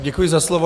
Děkuji za slovo.